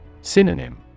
Synonym